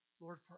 Lord